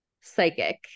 psychic